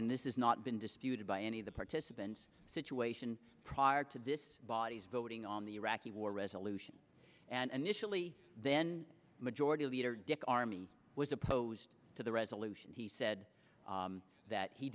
and this is not been disputed by any of the participants situation prior to this body's voting on the iraqi war resolution and usually then majority leader dick armey was opposed to the resolution he said that he